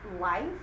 life